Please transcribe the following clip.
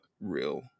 real